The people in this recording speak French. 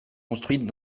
construites